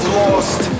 lost